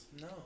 No